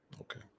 Okay